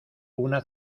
una